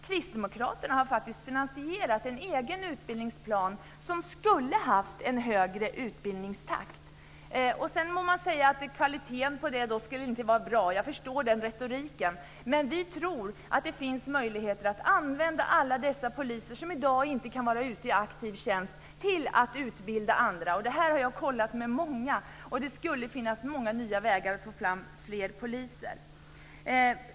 Kristdemokraterna har faktiskt finansierat en egen utbildningsplan som skulle ha haft en högre utbildningstakt. Sedan säger man att kvaliteten på den utbildningen inte skulle vara bra. Jag förstår den retoriken, men vi tror att det finns möjligheter att använda alla de poliser som i dag inte kan vara ute i aktiv tjänst till att utbilda andra. Jag har kollat detta med många. Det skulle finnas många nya vägar att få fram fler poliser.